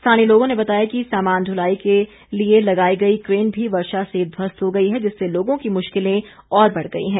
स्थानीय लोगों ने बताया है कि सामान दुलाई के लिए लगाई गई क्रेन भी वर्षा से ध्वस्त हो गई है जिससे लोगों की मुश्किलें और भी बढ़ गई हैं